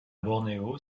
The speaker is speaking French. bornéo